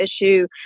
issue